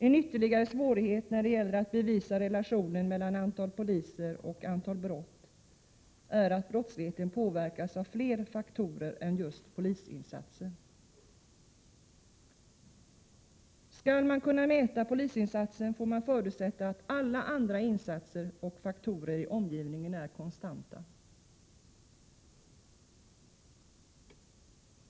En ytterligare svårighet när det gäller att bevisa relationen mellan antalet poliser och antalet brott är att brottsligheten påverkas av flera faktorer än just polisinsatsen. Skall man kunna mäta polisinsatsen, får man förutsätta att alla andra insatser och faktorer i omgivningen är konstanta.